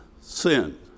sin